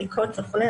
בדיקות וכולי,